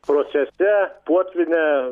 procese potvyne